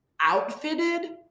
outfitted